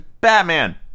Batman